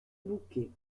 bouquet